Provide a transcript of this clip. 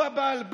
הוא בעל הבית,